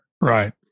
Right